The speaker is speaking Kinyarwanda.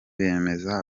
bemeza